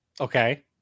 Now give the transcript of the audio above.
Okay